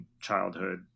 childhood